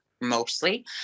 mostly